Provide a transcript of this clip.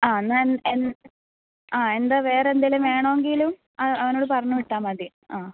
ആ എന്നാൽ എൻ ആ എന്താണ് വേറെ എന്തെങ്കിലും വേണമെങ്കിലും അവനോട് പറഞ്ഞുവിട്ടാൽ മതി ആ